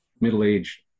middle-aged